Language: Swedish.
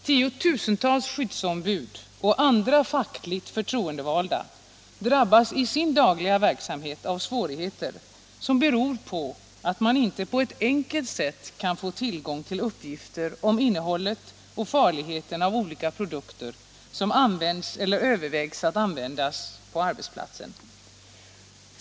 Tiotusentals skyddsombud och andra fackligt förtroendevalda drabbas i sin dagliga verksamhet av svårigheter som beror på att man inte på ett enkelt sätt kan få tillgång till uppgifter om innehållet och farligheten av olika produkter som används eller övervägs att användas på arbetsplatsen.